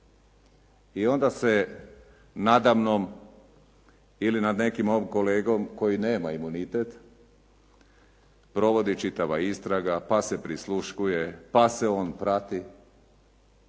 I onda se nada mnom ili nad nekim mojim kolegom koji nema imunitet, provodi čitava istraga, pa se prisluškuje, pa se on prati